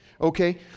Okay